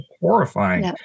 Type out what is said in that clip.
horrifying